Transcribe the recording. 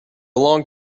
long